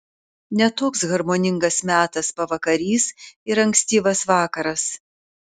ne toks harmoningas metas pavakarys ir ankstyvas vakaras